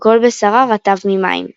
וכל בשרה רטב ממים.